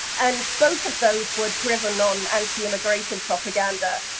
and both of those were driven non-anti-immigration propaganda.